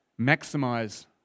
maximize